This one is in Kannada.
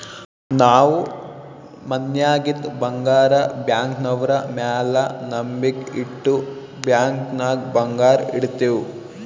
ನಾವ್ ಮನ್ಯಾಗಿಂದ್ ಬಂಗಾರ ಬ್ಯಾಂಕ್ನವ್ರ ಮ್ಯಾಲ ನಂಬಿಕ್ ಇಟ್ಟು ಬ್ಯಾಂಕ್ ನಾಗ್ ಬಂಗಾರ್ ಇಡ್ತಿವ್